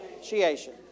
association